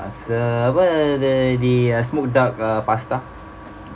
uh the the uh smoked duck uh pasta